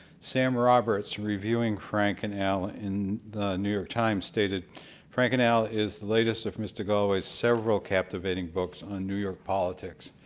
sam roberts reviewing frank and al in the new york times stated frank and al' is latest of mr. golway's several captivating books on new york politics.